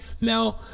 now